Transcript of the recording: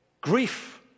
grief